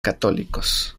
católicos